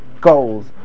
goals